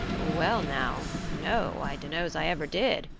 well now, no, i dunno's i ever did,